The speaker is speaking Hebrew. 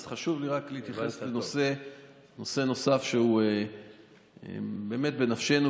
אז חשוב לי רק להתייחס לנושא נוסף שהוא באמת בנפשנו,